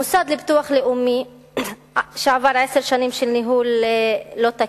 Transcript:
סניף המוסד לביטוח לאומי עבר עשר שנים של ניהול לא תקין,